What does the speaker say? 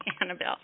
Annabelle